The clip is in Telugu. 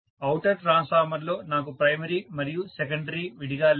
అవుటర్ ట్రాన్స్ఫార్మర్లో నాకు ప్రైమరీ మరియు సెకండరీ విడిగా లేవు